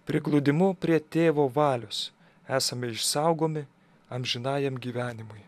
prigludimu prie tėvo valios esame išsaugomi amžinajam gyvenimui